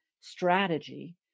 strategy